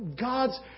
God's